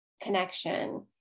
connection